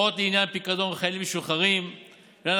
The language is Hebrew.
הוראות לעניין פיקדון חיילים משוחררים ולעניין